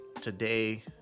Today